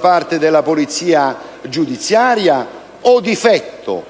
parte della Polizia giudiziaria, o difetto